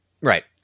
Right